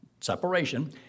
separation